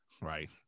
Right